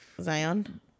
Zion